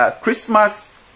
Christmas